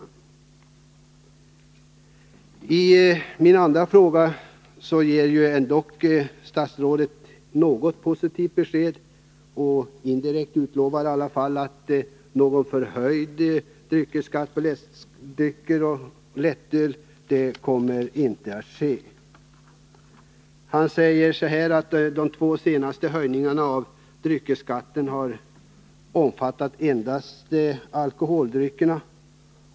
Som svar på min andra fråga ger statsrådet ändå ett något så när positivt besked. Han utlovar — indirekt i alla fall — att någon förhöjning av dryckesskatten på läskedrycker och lättöl inte kommer att ske. Han säger: ”De två senaste höjningarna av dryckesskatten har omfattat endast alkoholdryckerna.